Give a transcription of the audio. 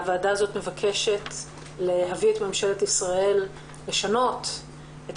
הוועדה הזאת מבקשת להביא את מדינת ישראל לשנות את